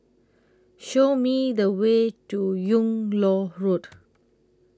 Show Me The Way to Yung Loh Road